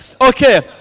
Okay